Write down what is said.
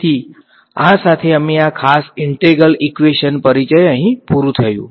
તેથી આ સાથે અમે આ ખાસ ઈન્ટ્રેગ્રલ ઈક્યુએશન પરિચય અહીં પુરુ થયુ